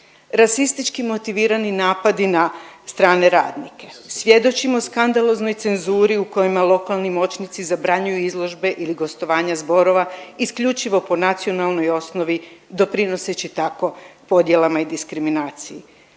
rasistički motivirani napadi na strane radnike, svjedočimo skandaloznoj cenzuri u kojima lokalni moćnici zabranjuju izložbe ili gostovanja zborova isključivo po nacionalnoj osnovi doprinoseći tako podjelama i diskriminaciji.